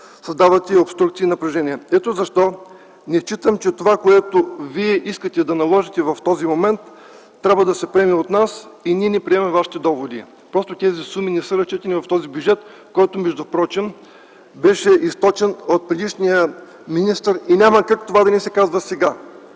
създавате обструкции и напрежение. Ето защо не считам, че това, което вие искате да наложите в този момент, трябва да се приеме от нас. Ние не приемаме вашите доводи. Тези суми не са разчетени в този бюджет, който беше източен от предишния министър, и няма как това да не се казва сега.